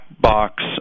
box